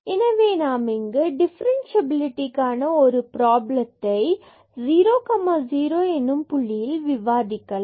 எனவே நாம் இங்கு டிஃபரன்ஸ்சியபிலிடிக்கான ஒரு ப்ராப்ளத்தை 00 எனும் புள்ளியில் விவாதிக்கலாம்